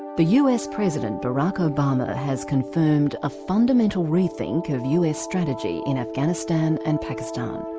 the us president, barack obama, has confirmed a fundamental re-think of us strategy in afghanistan and pakistan.